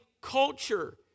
culture